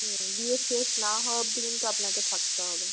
হুম বিয়ে শেষ না হওয়া অব্দি কিন্তু আপনাকে থাকতে হবে